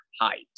height